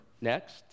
next